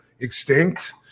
extinct